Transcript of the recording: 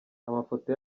amafoto